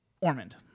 Ormond